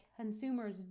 consumers